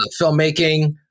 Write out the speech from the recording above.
filmmaking